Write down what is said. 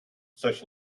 such